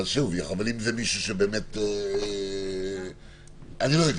אבל אם זה מישהו שבאמת --- אני לא יודע.